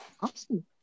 Awesome